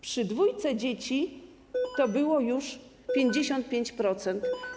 Przy dwójce dzieci to było już 55%.